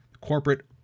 corporate